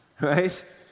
right